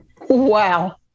Wow